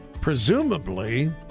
presumably